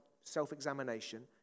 self-examination